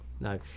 No